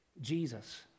Jesus